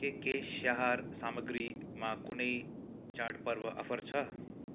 के केश स्याहार सामाग्रीमा कुनै चाडपर्व अफर छ